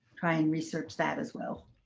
try and research that as well.